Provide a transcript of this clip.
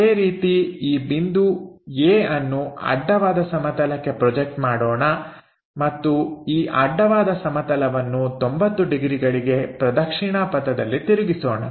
ಅದೇ ರೀತಿ ಈ ಬಿಂದು A ಅನ್ನು ಅಡ್ಡವಾದ ಸಮತಲಕ್ಕೆ ಪ್ರೊಜೆಕ್ಷನ್ ಮಾಡೋಣ ಮತ್ತು ಈ ಅಡ್ಡವಾದ ಸಮತಲವನ್ನು 90 ಡಿಗ್ರಿಗಳಿಗೆ ಪ್ರದಕ್ಷಿಣಾ ಪಥದಲ್ಲಿ ತಿರುಗಿಸೋಣ